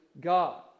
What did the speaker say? God